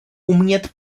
umět